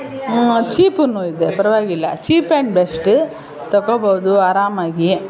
ಹ್ಞೂ ಚೀಪೂನು ಇದೆ ಪರ್ವಾಗಿಲ್ಲ ಚೀಪ್ ಆ್ಯಂಡ್ ಬೆಸ್ಟ್ ತಗೊಳ್ಬೋದು ಆರಾಮಾಗಿ